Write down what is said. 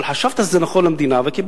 אבל חשבת שזה נכון למדינה וקיבלת.